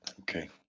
Okay